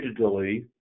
digitally